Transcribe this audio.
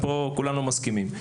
ועד פה כולנו מסכימים.